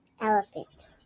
Elephant